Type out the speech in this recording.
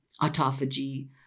autophagy